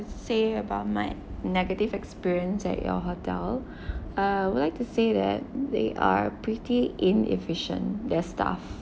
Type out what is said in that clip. say about my negative experience at your hotel uh I would like to say that they are pretty inefficient their staff